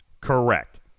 Correct